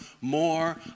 more